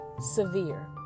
severe